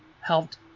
helped